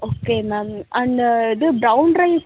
okay ma'am அந்த இது brown rice